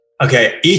Okay